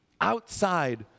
Outside